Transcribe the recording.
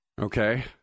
Okay